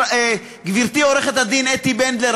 גברתי עורכת-הדין אתי בנדלר,